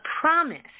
promise